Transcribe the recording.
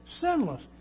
sinless